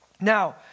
Now